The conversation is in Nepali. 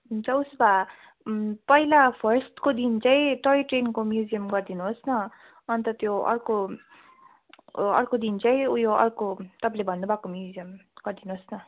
हुन्छ उसो भए पहिला फर्स्टको दिन चाहिँ टोय ट्रेनको म्युजियम गरिदिनुहोस् न अन्त त्यो अर्को अर्को दिन चाहिँ उयो अर्को तपाईँले भन्नु भएको म्युजियम गरिदिनुहोस् न